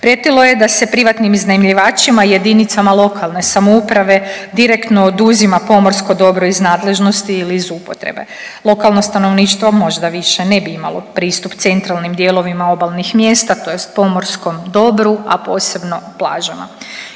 Prijetilo je da se privatnim iznajmljivačima i jedinicama lokalne samouprave direktno oduzima pomorsko dobro iz nadležnosti ili iz upotrebe. Lokalno stanovništvo možda više ne bi imalo pristup centralnim dijelovima obalnih mjesta, tj. pomorskom dobru, a posebno plažama.